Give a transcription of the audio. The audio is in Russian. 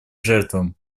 жертвам